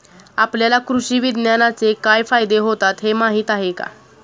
आपल्याला कृषी विज्ञानाचे काय फायदे होतात हे माहीत आहे का?